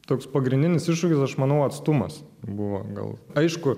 toks pagrindinis iššūkis aš manau atstumas buvo gal aišku